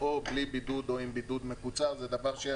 יבגני,